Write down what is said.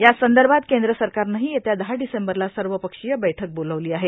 याच संदर्भात केंद्र सरकारनंही येत्या दहा डिसेंबरला सर्वपक्षीय बैठक बोलावली आहे